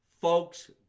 Folks